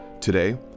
Today